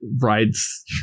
rides